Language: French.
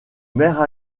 maire